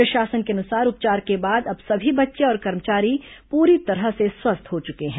प्रशासन के अनुसार उपचार के बाद अब सभी बच्चे और कर्मचारी पूरी तरह से स्वस्थ हो चुके हैं